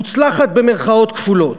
זה מוצלחת, במירכאות כפולות,